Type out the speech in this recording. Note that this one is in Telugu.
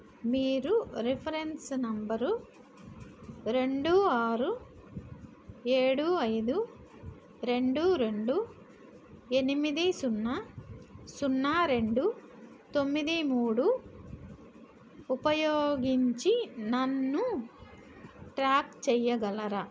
మీరు రిఫరెన్స్ నెంబరు రెండు ఆరు ఏడు ఐదు రెండు రెండు ఎనిమిది సున్నా సున్నా రెండు తొమ్మిది మూడు ఉపయోగించి నన్ను ట్రాక్ చేయగలరా